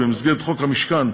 במסגרת חוק המשכן,